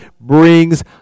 brings